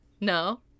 No